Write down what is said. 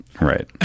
Right